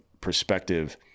perspective